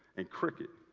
and cricket